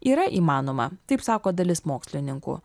yra įmanoma taip sako dalis mokslininkų